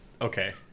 Okay